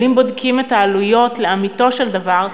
אבל אם בודקים את העלויות לאמיתו של דבר,